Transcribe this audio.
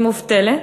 היא מובטלת,